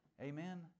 Amen